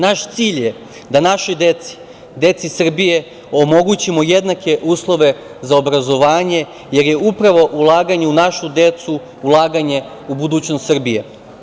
Naš cilj je da našoj deci, deci Srbije, omogućimo jednake uslove za obrazovanje, jer je upravo ulaganje u našu decu- ulaganje u budućnost Srbije.